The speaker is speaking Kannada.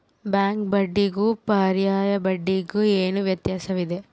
ಬ್ಯಾಂಕ್ ಬಡ್ಡಿಗೂ ಪರ್ಯಾಯ ಬಡ್ಡಿಗೆ ಏನು ವ್ಯತ್ಯಾಸವಿದೆ?